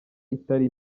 itari